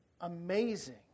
amazing